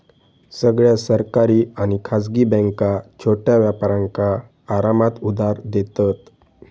सगळ्या सरकारी आणि खासगी बॅन्का छोट्या व्यापारांका आरामात उधार देतत